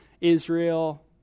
Israel